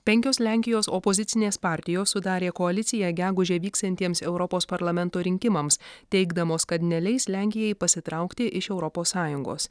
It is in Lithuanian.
penkios lenkijos opozicinės partijos sudarė koaliciją gegužę vyksiantiems europos parlamento rinkimams teigdamos kad neleis lenkijai pasitraukti iš europos sąjungos